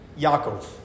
Yaakov